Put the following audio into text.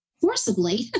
forcibly